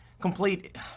complete